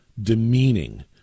Demeaning